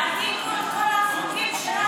תעתיקו את כל החוקים שלנו,